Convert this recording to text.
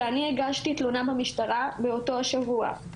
ואני הגשתי תלונה במשטרה באותו שבוע.